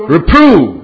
Reprove